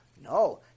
No